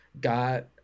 got